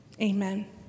amen